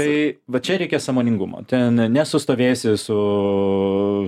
tai va čia reikia sąmoningumo ten nesustovėsi su